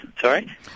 Sorry